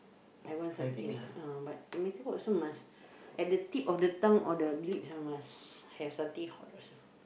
I want something uh but no matter what also must at the tip of the tongue or the lips ah must have something hot also